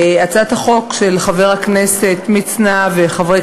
הצעת החוק של חבר הכנסת מצנע וחברי